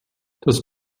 das